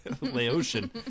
Laotian